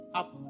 up